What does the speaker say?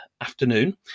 afternoon